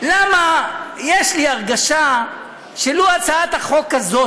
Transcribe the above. למה יש לי הרגשה שלו הצעת החוק הזאת,